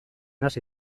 hasi